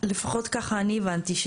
לפחות כך אני הבנתי.